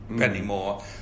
Anymore